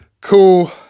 Cool